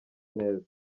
neza